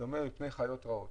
שאומר "מפני חיות רעות".